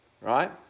right